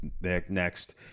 next